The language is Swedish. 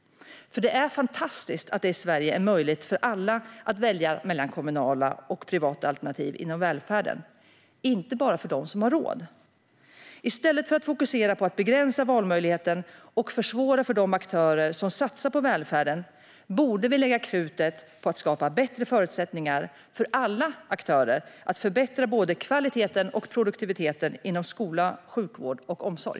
För det är fantastiskt att det i Sverige är möjligt för alla att välja mellan kommunala och privata alternativ inom välfärden, inte bara de som har råd. I stället för att fokusera på att begränsa valmöjligheten och försvåra för de aktörer som satsar på välfärden borde vi lägga krutet på att skapa bättre förutsättningar för alla aktörer att förbättra både kvaliteten och produktiviteten inom skola, sjukvård och omsorg.